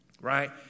right